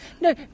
No